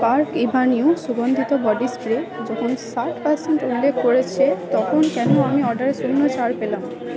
park Avenue সুগন্ধিত body spray যখন ষাট পার্সেন্ট উল্লেখ করেছে তখন কেন আমি অর্ডারে শূন্য ছাড় পেলাম